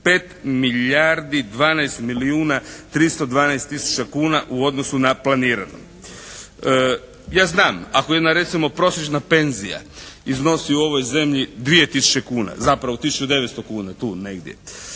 5 milijardi 12 milijuna 312 tisuća kuna u odnosu na planirano. Ja znam, ako jedna recimo prosječna penzija iznosi u ovoj zemlji 2 tisuće kuna zapravo tisuću i 900 kuna, tu negdje,